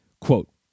Quote